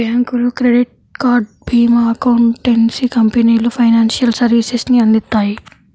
బ్యాంకులు, credit card, భీమా, accountancy కంపెనీలు ఫైనాన్షియల్ సర్వీసెస్ ని అందిత్తాయి